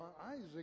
Isaac